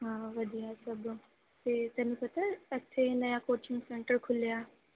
ਹਾਂ ਵਧੀਆ ਸਬ ਅਤੇ ਤੈਨੂੰ ਪਤਾ ਇਥੇ ਨਯਾ ਕੋਚਿੰਗ ਸੈਂਟਰ ਖੁੱਲ੍ਹਿਆ